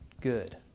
Good